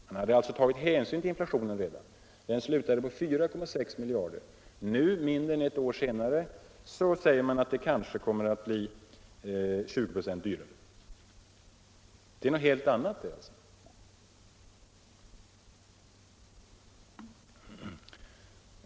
Man hade alltså redan tagit hänsyn till inflationen. Denna kalkyl slutade på 4,6 miljarder. Nu, mindre än ett år senare, säger man att det kanske kommer att bli 20 96 dyrare. Det är något helt annat.